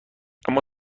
اما